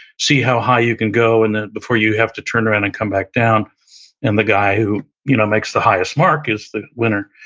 see how high you can go in it before you have to turn around and come back down and the guy who you know makes the highest mark is the winner.